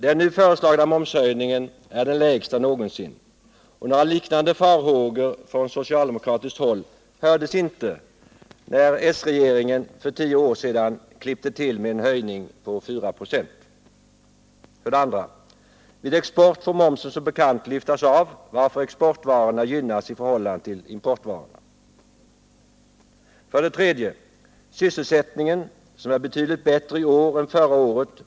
Den nu föreslagna momshöjningen är den lägsta någonsin, och några liknande farhågor från socialdemokratiskt håll hördes inte när s-regeringen för tio år sedan klippte till med en höjning på 4 26. 2. Vid export får momsen som bekant lyftas av, varför exportvarorna gynnas i förhållande till importvaror. 3. Sysselsättningen, som är betydligt bättre i år än förra året.